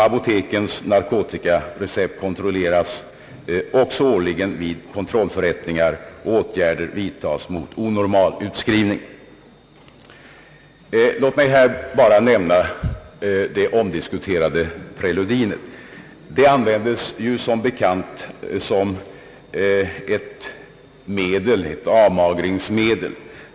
Apotekens narkotikarecept kontrolleras också årligen vid kontrollförrättningar, och åtgärder vidtas mot onormal utskrivning. Låt mig här bara nämna det omdiskuterade preludinet. Det användes som bekant medicinskt som avmagringsmedel.